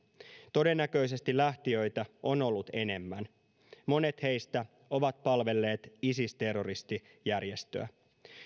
todennäköisesti lähtijöitä on ollut enemmän monet heistä ovat palvelleet isis terroristijärjestöä